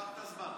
קח את הזמן.